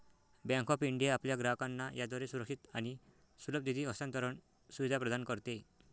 bank of India आपल्या ग्राहकांना याद्वारे सुरक्षित आणि सुलभ निधी हस्तांतरण सुविधा प्रदान करते